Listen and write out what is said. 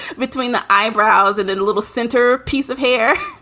between the eyebrows and then a little center piece of hair.